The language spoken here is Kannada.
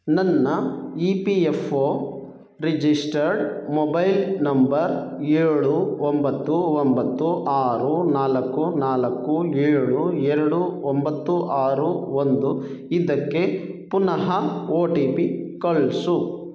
ನನ್ನ E P F O registered mobile number ಏಳು ಒಂಬತ್ತು ಒಂಬತ್ತು ಆರು ನಾಲ್ಕು ನಾಲ್ಕು ಏಳು ಎರಡು ಒಂಬತ್ತು ಆರು ಒಂದು ಇದಕ್ಕೆ ಪುನಃ ಒ ಟಿ ಪಿ ಕಳಿಸು